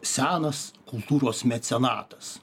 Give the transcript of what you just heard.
senas kultūros mecenatas